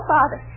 Father